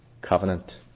covenant